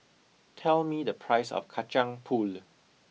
tell me the price of kacang pool